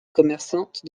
commerçante